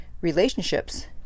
Relationships